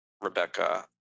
Rebecca